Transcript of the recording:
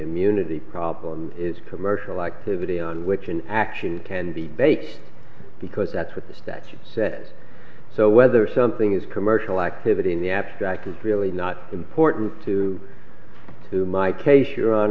immunity problem is commercial activity on which an action can be baked because that's what the statute says so whether something is commercial activity in the abstract is really not important to to my case you